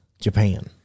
Japan